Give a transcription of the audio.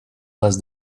less